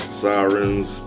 sirens